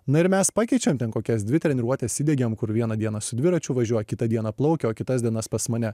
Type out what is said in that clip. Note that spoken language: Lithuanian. na ir mes pakeičiam ten kokias dvi treniruotes įdiegiam kur vieną dieną su dviračiu važiuoja kitą dieną plaukia o kitas dienas pas mane